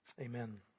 Amen